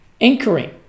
anchoring